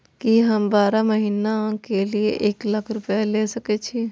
की हम बारह महीना के लिए एक लाख रूपया ले सके छी?